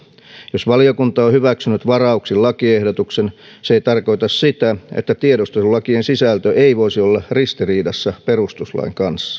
jos valiokunta on hyväksynyt varauksin lakiehdotuksen se ei tarkoita sitä että tiedustelulakien sisältö ei voisi olla ristiriidassa perustuslain kanssa